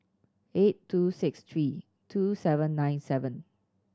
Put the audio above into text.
eight two six three two seven nine seven